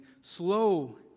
slow